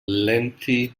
lengthy